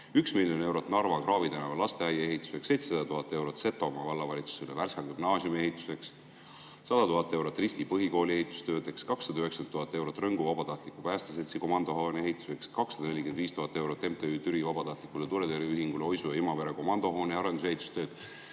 1 miljon eurot Narva Kraavi tänava lasteaia ehituseks, 700 000 eurot Setomaa Vallavalitsusele Värska Gümnaasiumi ehituseks, 100 000 eurot Risti Põhikooli ehitustöödeks, 290 000 eurot Rõngu Vabatahtliku Päästeseltsi komandohoone ehituseks, 245 000 eurot MTÜ-le Türi Vabatahtlik Tuletõrjeühing Oisu ja Imavere komandohoone arendus- ja ehitustööks.